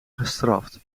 gestraft